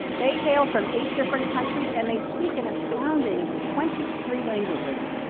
they hail from eight different countries, and they speak an outstanding twenty three languages.